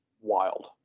wild